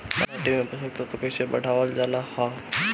माटी में पोषक तत्व कईसे बढ़ावल जाला ह?